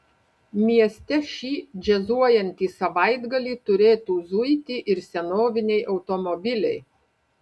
mieste šį džiazuojantį savaitgalį turėtų zuiti ir senoviniai automobiliai